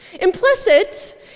Implicit